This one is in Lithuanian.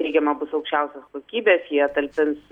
teigiama bus aukščiausios kokybės jie talpins